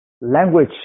language